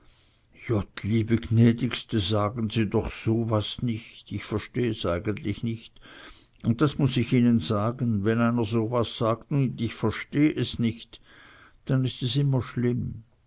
liebe jnädigste sagen se doch so was nich ich versteh es eijentlich nich un das muß ich ihnen sagen wenn einer so was sagt un ich versteh es nicht denn is es immer schlimm